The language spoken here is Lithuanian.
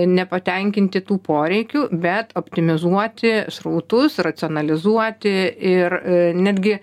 ne patenkinti tų poreikių bet optimizuoti srautus racionalizuoti ir netgi